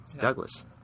Douglas